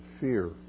fear